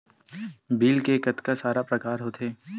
Bill के कतका सारा प्रकार होथे?